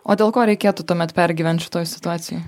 o dėl ko reikėtų tuomet pergyvent šitoj situacijoj